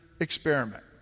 experiment